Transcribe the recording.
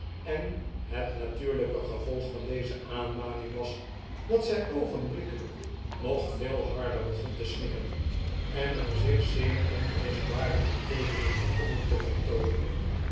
en het natuurlijke gevolg van deze aanmaning was dat zij oogenblikkelijk nog veel harder begon te snikken en er zich zeer onrustbarende teekenen begonnen te vertoonen